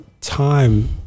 time